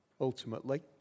ultimately